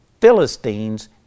Philistines